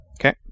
Okay